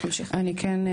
אני כן,